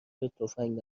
میپرسند